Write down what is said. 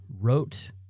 wrote